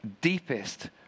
deepest